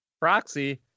Proxy